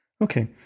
Okay